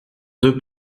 deux